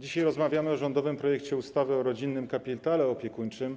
Dzisiaj rozmawiamy o rządowym projekcie ustawy o rodzinnym kapitale opiekuńczym,